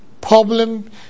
problem